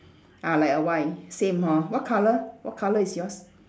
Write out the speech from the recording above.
ah like a Y same hor what colour what colour is yours